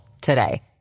today